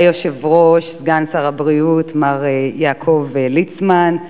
אדוני היושב-ראש, סגן שר הבריאות מר יעקב ליצמן,